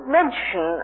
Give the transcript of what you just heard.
mention